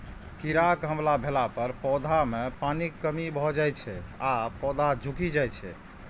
कीड़ाक हमला भेला पर पौधा मे पानिक कमी भए जाइ छै आ पौधा झुकि जाइ छै